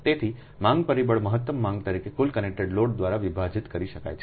તેથી માંગ પરિબળ મહત્તમ માંગ તરીકે કુલ કનેક્ટેડ લોડ દ્વારા વિભાજિત કરી શકાય છે